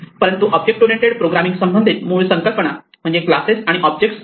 परंतु object oriented programming संबंधित मूळ संकल्पना म्हणजेच क्लासेस आणि ऑब्जेक्ट या आहेत